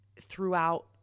throughout